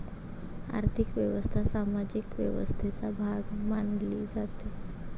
आर्थिक व्यवस्था सामाजिक व्यवस्थेचा भाग मानली जाते